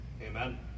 Amen